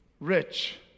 rich